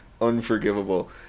Unforgivable